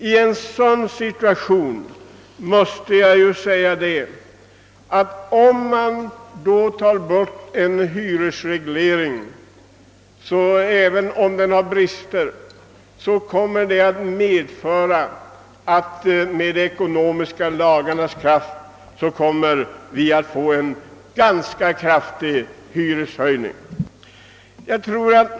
Tar man i en sådan situation bort hyresregleringen — den må ha sin brister — kommer följden med hänsyn till de ekonomiska lagarnas kraft att bli den, att det uppstår en ganska kraftig hyreshöjning.